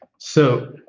so,